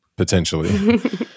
Potentially